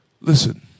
listen